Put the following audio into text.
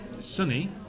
Sunny